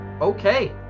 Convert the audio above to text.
Okay